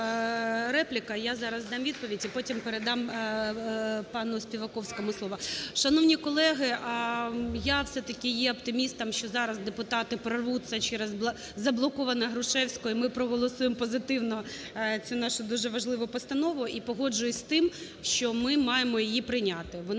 я зараз дам відповідь. І потім передам пану Співаковському слово. Шановні колеги, я все-таки є оптимістом, що зараз депутати прорвуться через заблоковану Грушевського - і ми проголосуємо позитивно цю нашу, дуже важливу, постанову. І погоджуюсь з тим, що ми маємо її прийняти.